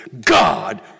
God